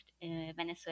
Venezuela